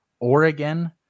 Oregon